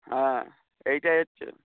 হ্যাঁ এইটাই হচ্ছে